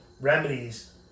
Remedies